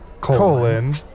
Colon